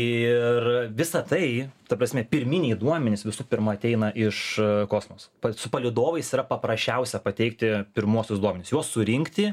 ir visą tai ta prasme pirminiai duomenys visų pirma ateina iš kosmoso su palydovais yra paprasčiausia pateikti pirmuosius duomenis juos surinkti